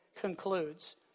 concludes